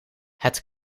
het